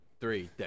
Three